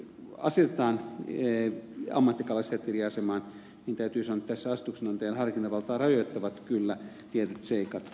täytyy sanoa että kun sitten asetetaan ammattikalastajat eri asemaan asetuksen antajan harkintavaltaa rajoittavat kyllä tietyt seikat